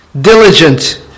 diligent